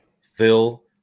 Phil